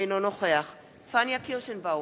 אינו נוכח פניה קירשנבאום,